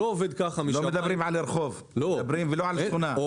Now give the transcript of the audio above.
לא מדברים על הרחוב ולא על שכונה.